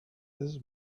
his